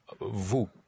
Vous